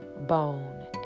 bone